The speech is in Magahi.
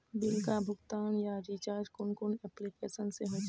बिल का भुगतान या रिचार्ज कुन कुन एप्लिकेशन से होचे?